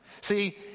See